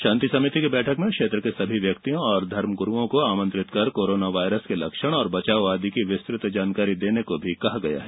शांति समिति की बैठकों में क्षेत्र के सभी व्यक्तियों और धर्मगुरूओं को आमंत्रित कर कोरोना वायरस के लक्षण और बचाव आदि की विस्तृत जानकारी देने को भी कहा गया है